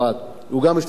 הוא גם השתתף בזה.